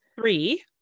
Three